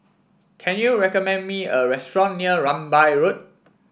can you recommend me a restaurant near Rambai Road